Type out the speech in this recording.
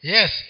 Yes